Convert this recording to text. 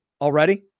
already